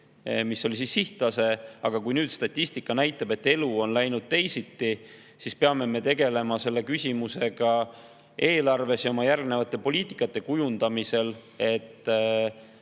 See oli sihttase. Kui nüüd statistika näitab, et elu on läinud teisiti, siis peame me tegelema selle küsimusega eelarves ja oma järgneva poliitika kujundamisel, et